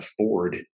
afford